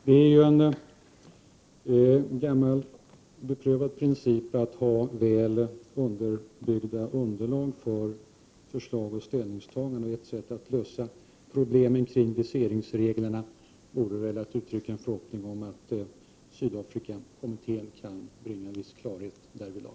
Det är en gammal beprövad princip att ha väl underbyggda förslag och ställningstaganden. Ett sätt att lösa problemen kring viseringsreglerna vore väl att uttrycka en förhoppning om att Sydafrikakommittén kan bringa en viss klarhet därvidlag.